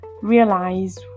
realize